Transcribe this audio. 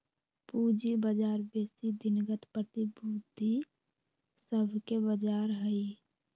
पूजी बजार बेशी दिनगत प्रतिभूति सभके बजार हइ